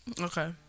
okay